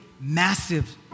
massive